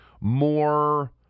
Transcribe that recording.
more